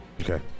Okay